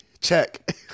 check